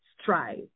strive